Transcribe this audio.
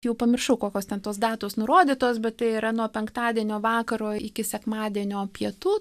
jau pamiršau kokios ten tos datos nurodytos bet tai yra nuo penktadienio vakaro iki sekmadienio pietų